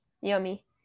yummy